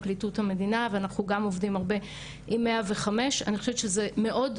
הרבה פעמים זה פשוט דרך לא יעילה של דיווח.